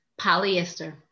Polyester